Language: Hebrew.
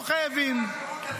לא חייבים.